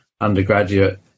undergraduate